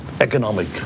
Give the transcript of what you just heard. economic